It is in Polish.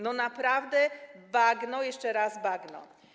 No naprawdę bagno, jeszcze raz bagno.